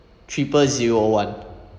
triple zero one